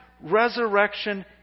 resurrection